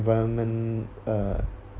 environment uh